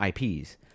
IPs